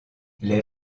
les